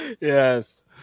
yes